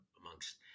amongst